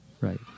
Right